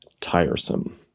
tiresome